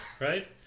Right